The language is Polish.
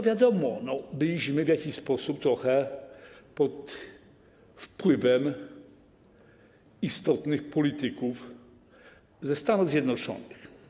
Wiadomo, byliśmy w jakiś sposób trochę pod wpływem istotnych polityków ze Stanów Zjednoczonych.